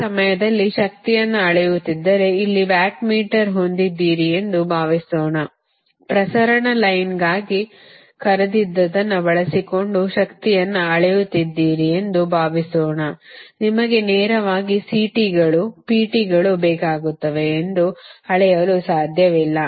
ಈ ಸಮಯದಲ್ಲಿ ಶಕ್ತಿಯನ್ನು ಅಳೆಯುತ್ತಿದ್ದರೆ ಇಲ್ಲಿ ವಾಟ್ಮೀಟರ್ ಹೊಂದಿದ್ದೀರಿ ಎಂದು ಭಾವಿಸೋಣ ಪ್ರಸರಣ ಲೈನ್ನಗಾಗಿ ಕರೆದಿದ್ದನ್ನು ಬಳಸಿಕೊಂಡು ಶಕ್ತಿಯನ್ನು ಅಳೆಯುತ್ತಿದ್ದೀರಿ ಎಂದು ಭಾವಿಸೋಣ ನಿಮಗೆ ನೇರವಾಗಿ CTಗಳು PT ಗಳು ಬೇಕಾಗುತ್ತದೆ ಎಂದು ಅಳೆಯಲು ಸಾಧ್ಯವಿಲ್ಲ